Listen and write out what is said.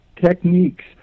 techniques